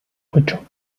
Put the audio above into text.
ocho